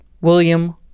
William